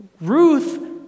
Ruth